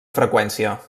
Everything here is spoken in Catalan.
freqüència